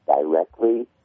directly